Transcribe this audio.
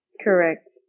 correct